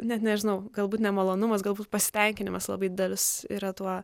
net nežinau galbūt ne malonumas galbūt pasitenkinimas labai didelis yra tuo